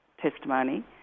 testimony